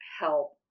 help